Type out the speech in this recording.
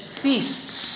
feasts